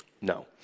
No